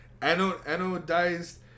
Anodized